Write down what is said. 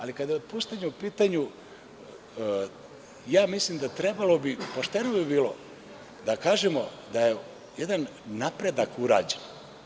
Ali, kada je otpuštanje u pitanju, ja mislim da bi pošteno bilo da kažemo da je jedannapredak urađen.